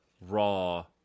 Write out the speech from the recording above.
Raw